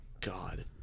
God